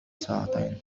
ساعتين